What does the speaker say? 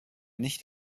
nicht